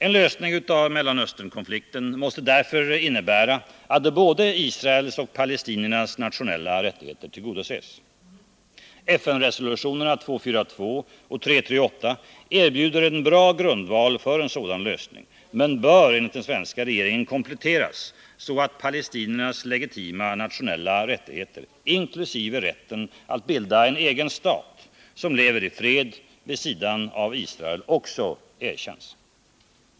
En lösning av Mellanösternkonflikten måste därför innebära att både Israels och palestiniernas nationella rättigheter tillgodoses. FN-resolutionerna 242 och 338 erbjuder en bra grundval för en sådan lösning men bör enligt den svenska regeringen kompletteras så att palestiniernas legitima nationella rättigheter, inkl. rätten att bilda en egen stat som lever i fred vid sidan av Israel, också erkännes.